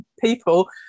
people